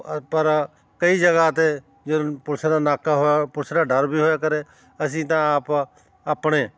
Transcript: ਪਰ ਕਈ ਜਗ੍ਹਾ 'ਤੇ ਜਦ ਪੁਲਿਸ ਦਾ ਨਾਕਾ ਹੋਇਆ ਪੁਲਿਸ ਦਾ ਡਰ ਵੀ ਹੋਇਆ ਕਰੇ ਅਸੀਂ ਤਾਂ ਆਪ ਆਪਣੇ